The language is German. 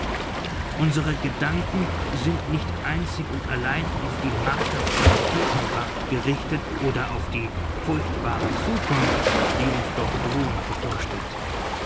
unsere gedanken sind nicht einzig und allein auf die martervolle gegenwart gerichtet oder auf die furchtbare zukunft die uns doch drohend bevorsteht